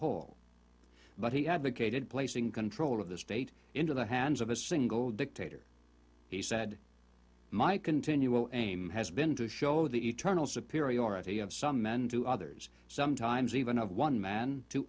whole but he advocated placing control of the state into the hands of a single dictator he said my continual aim has been to show the eternal superiority of some men to others sometimes even of one man to